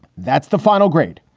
that's the final grade.